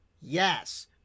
Yes